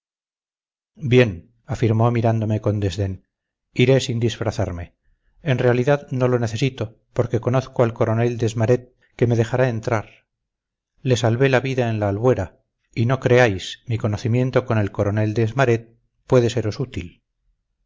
bien afirmó mirándome con desdén iré sin disfrazarme en realidad no lo necesito porque conozco al coronel desmarets que me dejará entrar le salvé la vida en la albuera y no creáis mi conocimiento con el coronel desmarets puede seros útil